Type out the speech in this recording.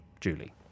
Julie